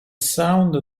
sound